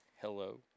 Hello